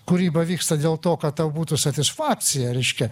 kūryba vyksta dėl to kad tau būtų satisfakcija reiškia